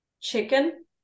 Chicken